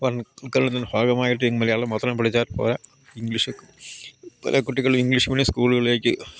വത്കരണത്തിന്റെ ഭാഗമായിട്ട് മലയാളം മാത്രം പഠിച്ചാൽ പോര ഇംഗ്ലീഷ് പല കുട്ടികൾ ഇംഗ്ലീഷ് മീഡിയം സ്കൂളുകളിലേക്ക്